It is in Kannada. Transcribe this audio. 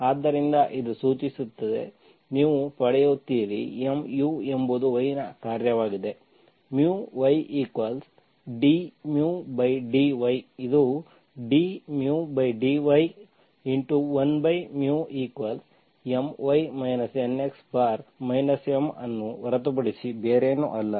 ಆದ್ದರಿಂದ ಇದು ಸೂಚಿಸುತ್ತದೆ ನೀವು ಪಡೆಯುತ್ತೀರಿ mu ಎಂಬುದು y ನ ಕಾರ್ಯವಾಗಿದೆ ydμdy ಇದು dμdy1My Nx M ಅನ್ನು ಹೊರತುಪಡಿಸಿ ಬೇರೇನೂ ಅಲ್ಲ